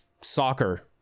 soccer